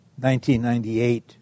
1998